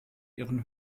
ihren